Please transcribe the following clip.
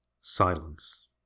Silence